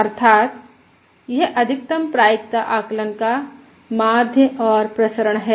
अर्थात यह अधिकतम प्रायिकता आकलन का माध्य और प्रसरण है